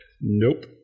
nope